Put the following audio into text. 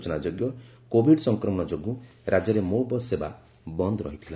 ସ୍ଚନାଯୋଗ୍ୟ Covid ସଂକ୍ରମଣ ଯୋଗୁଁ ରାକ୍ୟରେ ମୋ ବସ୍ ସେବା ବନ୍ଦ୍ ରହିଥିଲା